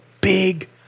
big